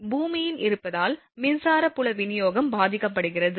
எனவே பூமியின் இருப்பால் மின்சார புல விநியோகம் பாதிக்கப்படுகிறது